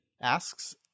asks